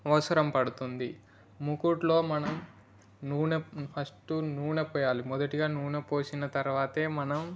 అవసరం పడుతుంది మూకుడులో మనం నూనె ఫస్ట్ నూనె పొయ్యాలి మొదటిగా నూనె పోసిన తరువాతే మనం